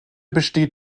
besteht